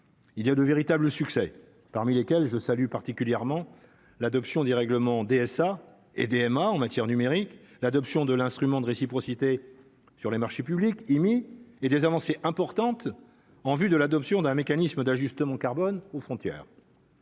il y a de véritables succès parmi lesquels je salue particulièrement l'adoption du règlement DSA et DMA en matière numérique, l'adoption de l'instrument de réciprocité sur les marchés publics émis et des avancées importantes en vue de l'adoption d'un mécanisme d'ajustement carbone aux frontières